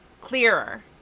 clearer